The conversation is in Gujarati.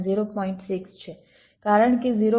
6 છે કારણ કે 0